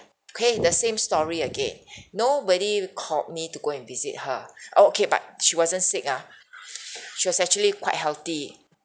okay the same story again nobody called me to go and visit her oh okay but she wasn't sick ah she was actually quite healthy